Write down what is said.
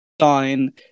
sign